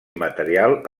material